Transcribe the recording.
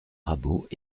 rabault